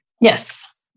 Yes